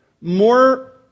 more